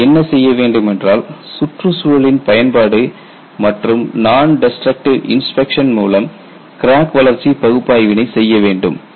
நாம் என்ன செய்ய வேண்டும் என்றால் சுற்றுச்சூழலின் பயன்பாடு மற்றும் நான் டெஸ்ட்ரக்டிவ் இன்ஸ்பெக்சன் மூலம் கிராக் வளர்ச்சி பகுப்பாய்வினை செய்ய வேண்டும்